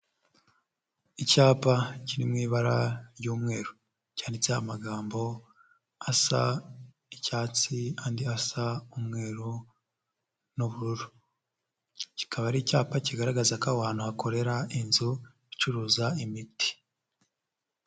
Icyapa kiri mu ibara ry'umweru. Cyanditseho amagambo asa icyatsi, andi asa umweru n'ubururu. Kikaba ari icyapa kigaragaza ko abantu hakorera inzu icuruza imiti.